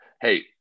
hey